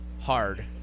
hard